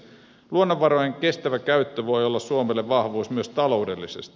luonnonvarojen kestävä käyttö voi olla suomelle vahvuus myös taloudellisesti